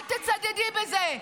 אל תצדדי בזה.